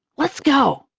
let's go.